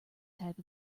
type